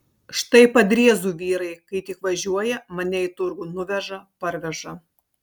štai padriezų vyrai kai tik važiuoja mane į turgų nuveža parveža